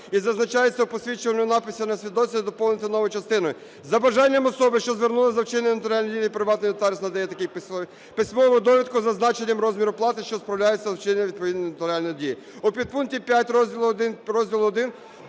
і зазначається у посвідчувальному написі на свідоцтві"; доповнити новою частиною: "За бажанням особи, що звернулася за вчиненням нотаріальної дії, приватний нотаріус надає такій особі письмову довідку із зазначенням розміру плати, що справляється за вчинення відповідної нотаріальної дії; у підпункті 5 розділу І абзац